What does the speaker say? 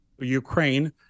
Ukraine